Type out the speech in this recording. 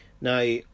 now